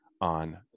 on